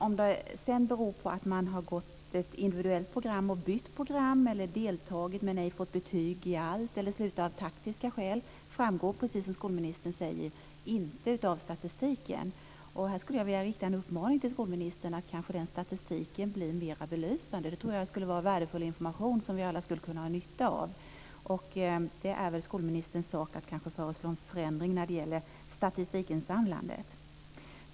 Om det beror på att man har gått ett individuellt program och bytt program, deltagit men ej fått betyg i allt eller slutat av taktiska skäl framgår, precis som skolministern säger, inte av statistiken. Här skulle jag vilja rikta en uppmaning till skolministern att se till att statistiken blir mera belysande. Jag tror att det skulle vara värdefull information, som vi alla skulle kunna ha nytta av. Det är väl skolministerns sak att föreslå en förändring när det gäller statistikinsamlandet.